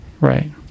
Right